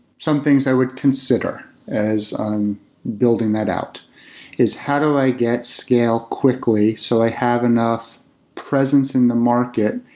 some things i would consider as i'm building that out is how do i get scale quickly so i have enough presence in the market.